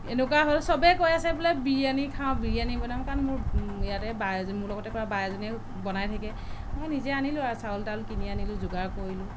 এনেকুৱা হ'ল চবে কৈ আছে বোলে বিৰিয়ানি খাওঁ বিৰিয়ানি বনাম কাৰণ মোৰ ইয়াতে বা এজনী মোৰ লগতে কৰা বা এজনীয়ে বনাই থাকে মই নিজে আনিলোঁ আৰু চাউল তাউল কিনি আনিলোঁ যোগাৰ কৰিলোঁ